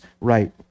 right